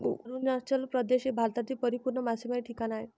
अरुणाचल प्रदेश हे भारतातील परिपूर्ण मासेमारीचे ठिकाण आहे